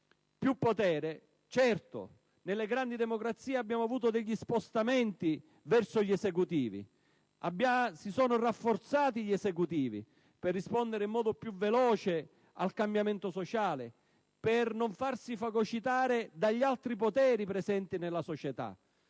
Più potere? Certo, nelle grandi democrazie abbiamo avuto degli spostamenti verso gli Esecutivi, che si sono rafforzati per rispondere in modo più veloce al cambiamento sociale, per non farsi fagocitare dagli altri poteri presenti nella società;